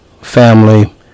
family